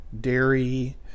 dairy